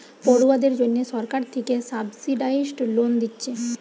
পড়ুয়াদের জন্যে সরকার থিকে সাবসিডাইস্ড লোন দিচ্ছে